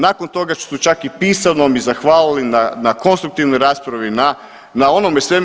Nakon toga su čak i pisano mi zahvalili na konstruktivnoj raspravi, na onome svemu.